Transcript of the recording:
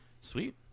Sweet